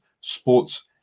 sports